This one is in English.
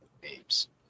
Babes